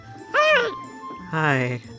Hi